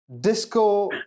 disco